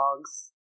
dogs